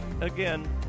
again